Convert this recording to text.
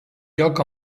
lloc